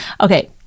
Okay